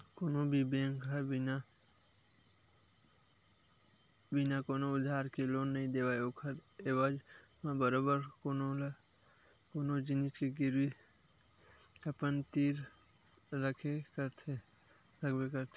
कोनो भी बेंक ह बिना कोनो आधार के लोन नइ देवय ओखर एवज म बरोबर कोनो न कोनो जिनिस के गिरवी अपन तीर रखबे करथे